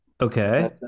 Okay